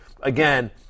again